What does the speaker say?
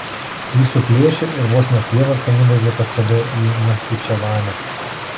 jį suplėšė ir vos ne prievarta nuvežė pas save į nachičevanę